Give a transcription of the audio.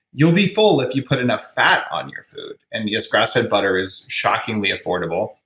you'll be full if you put enough fat on your food. and yes, grass-fed butter is shockingly affordable.